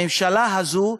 הממשלה הזו,